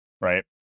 right